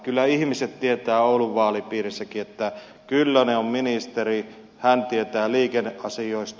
kyllä ihmiset tietävät oulun vaalipiirissäkin että kyllönen on ministeri hän tietää liikenneasioista